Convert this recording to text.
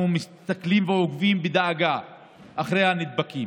אנחנו מסתכלים ועוקבים בדאגה אחרי הנדבקים.